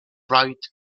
bright